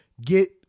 get